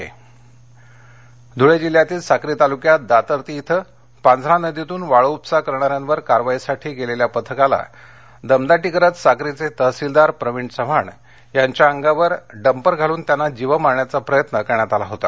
वाळ चोरी कारवाई धळे ध्रळे जिल्ह्यातील साक्री तालुक्यात दातर्ती इथे पांझरा नदीतून वाळू उपसा करणाऱ्यांवर कारवाईसाठी गेलेल्या पथकाला दमदाटी करीत साक्रीये तहसीलदार प्रविण चव्हाण यांच्या अंगावर डंपर घालून त्यांना जिवे मारण्याचा प्रयत्न करण्यात आला होता